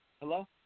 Hello